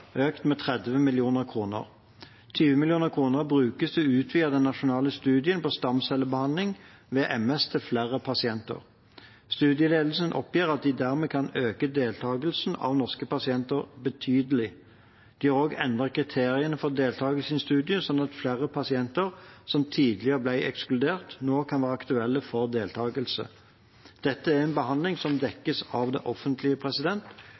økt med 30 mill. kr. 20 mill. kr brukes til å utvide den nasjonale studien på stamcellebehandling ved MS til flere pasienter. Studieledelsen oppgir at de dermed kan øke deltakelsen av norske pasienter betydelig. De har også endret kriteriene for deltakelse i studien slik at flere pasienter som tidligere ble ekskludert, nå kan være aktuelle for deltakelse. Dette er en behandling som dekkes av det offentlige,